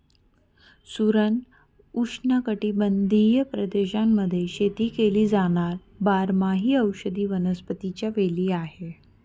सुरण उष्णकटिबंधीय प्रदेशांमध्ये शेती केली जाणार बारमाही औषधी वनस्पतीच्या वेली आहे